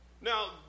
Now